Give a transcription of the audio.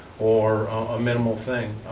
or a minimal thing.